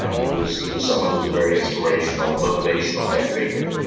he was he was someone who was a very inspirational, motivational type figure.